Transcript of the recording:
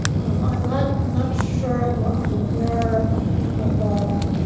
i'm not, i'm not sure i'm ah i'm aware of, um